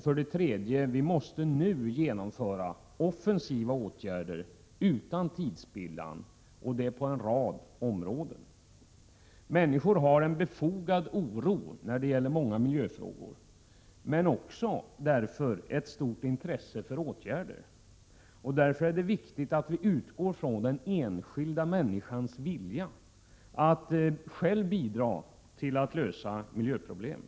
För det tredje: Vi måste nu vidta offensiva åtgärder utan tidsspillan — och det på en rad områden. Människor hyser en befogad oro när det gäller många miljöfrågor men också ett stort intresse för åtgärder. Därför är det viktigt att vi utgår från den enskilda människans vilja att själv bidra till att lösa miljöproblemen.